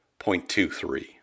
0.23